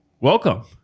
Welcome